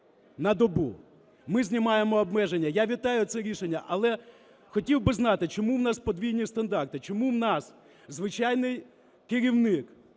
на добу, ми знімаємо обмеження. Я вітаю це рішення, але хотів би знати, чому в нас подвійні стандарти, чому в нас звичайний керівник,